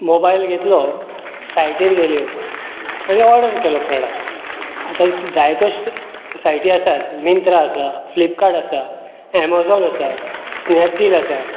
mobile घेतलो सायटीर गेलो आनी ऑर्डर केलो प्रोडाक्ट आतां जाय तश्यो सायटी आसात मिंत्रा आसा फ्लिपकार्ट आसा ऍमोझोन आसा स्नेपडील आसा